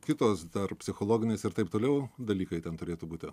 kitos dar psichologinės ir taip toliau dalykai ten turėtų būti